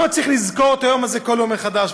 למה צריך לזכור את היום הזה כל פעם מחדש?